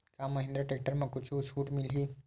का महिंद्रा टेक्टर म कुछु छुट मिलही?